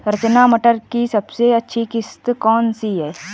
रचना मटर की सबसे अच्छी किश्त कौन सी है?